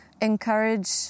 encourage